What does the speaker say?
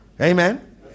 amen